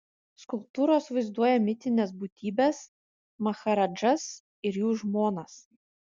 skulptūros vaizduoja mitines būtybes maharadžas ir jų žmonas